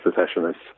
secessionists